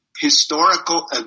historical